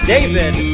David